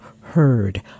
heard